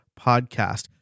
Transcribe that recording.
podcast